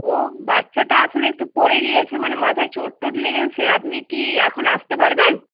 ও বাচ্চাটা আসলে একটু পড়ে গিয়েছে মানে মাথায় চোট টোট লেগেছে আপনি কি এখন আসতে পারবেন